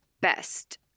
best